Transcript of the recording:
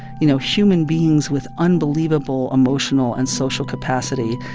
you know, human beings with unbelievable emotional and social capacity.